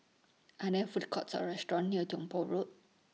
Are There Food Courts Or restaurants near Tong Poh Road